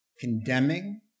condemning